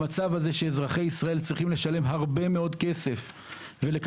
המצב הזה שאזרחי ישראל צריכים לשלם הרבה מאוד כסף ולקבל